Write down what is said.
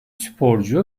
sporcu